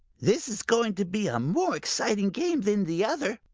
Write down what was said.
this is going to be a more exciting game than the other,